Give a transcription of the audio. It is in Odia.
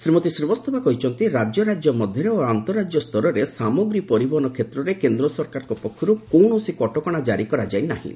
ଶ୍ରୀମତୀ ଶ୍ରୀବାସ୍ତବା କହିଛନ୍ତି ରାଜ୍ୟ ରାଜ୍ୟ ମଧ୍ୟରେ ଓ ଆନ୍ତଃରାଜ୍ୟ ସ୍ତରରେ ସାମଗ୍ରୀ ପରିବହନ କ୍ଷେତ୍ରରେ କେନ୍ଦ୍ର ସରକାରଙ୍କ ପକ୍ଷରୁ କୌଣସି କଟକଣା ଜାରି କରାଯାଇ ନାହିଁ